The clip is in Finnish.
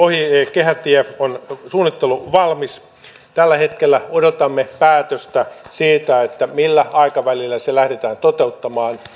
kehätie on suunnitteluvalmis tällä hetkellä odotamme päätöstä siitä millä aikavälillä sitä lähdetään toteuttamaan